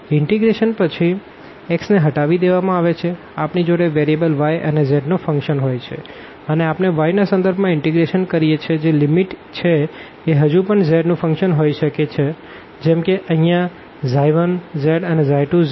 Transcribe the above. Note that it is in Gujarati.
ઇન્ટીગ્રેશન પછી x ને હટાવી દેવામાં આવે છે આપણી જોડે વેરિયેબલ અને z નો ફંક્શન હોય છે અને આપને y ના સંદર્ભમાં ઇન્ટીગ્રેશન કરીએ છે જે લિમિટ છે એ હજુ પણ z નું ફંકશન હોઈ શકે છે જેમકે અહીંયા 1z અને 2z